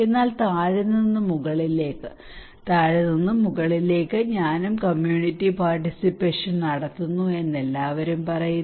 എന്നാൽ താഴെ നിന്ന് മുകളിലേക്ക് താഴെ നിന്ന് മുകളിലേക്ക് ഞാനും കമ്മ്യൂണിറ്റി പാർട്ടിസിപ്പേഷൻ നടത്തുന്നു എന്ന് എല്ലാവരും പറയുന്നു